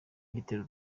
gitera